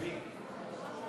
חברי חברי הכנסת,